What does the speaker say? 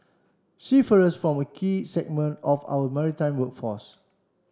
seafarers form a key segment of our maritime workforce